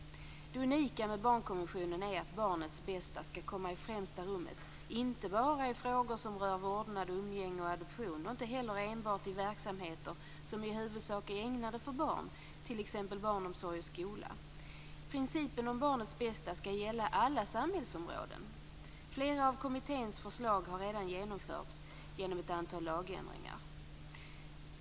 Det unika med barnkonventionen är att barnets bästa skall komma i främsta rummet inte bara i frågor som rör vårdnad, umgänge och adoption, inte heller enbart i verksamheter som i huvudsak är ägnade för barn, t.ex. barnomsorg och skola. Principen om barnets bästa skall gälla alla samhällsområden. Flera av kommitténs förslag har redan genomförts genom ett antal lagändringar.